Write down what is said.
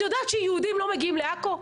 את יודעת שיהודים לא מגיעים לעכו?